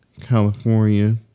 California